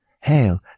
Hail